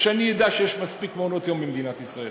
כשאני אדע שיש מספיק מעונות-יום במדינת ישראל,